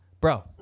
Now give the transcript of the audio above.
Bro